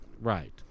Right